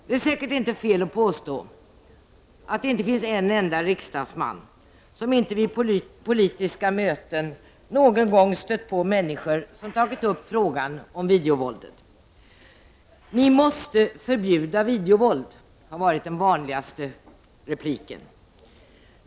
Det är säkert inte fel att påstå att det inte finns en enda riksdagsman som inte vid politiska möten någon gång stött på människor som tagit upp frågan om videovåldet. Den vanligaste repliken har varit: Ni måste förbjuda videovåld.